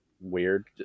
weird